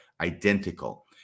identical